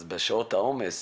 אז בשעות העומס